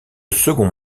second